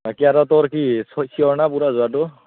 বাকী আৰু তোৰ কি ছিয়'ৰ নে পূৰা যোৱাটো